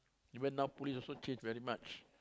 even now police also change very much